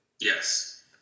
Yes